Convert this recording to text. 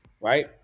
Right